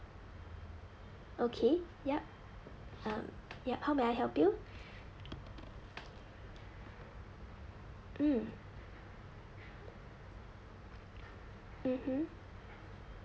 okay yup um yup how may I help you mm mmhmm